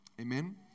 Amen